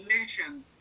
nation